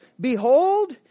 Behold